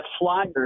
flyers